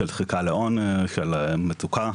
של מצוקה.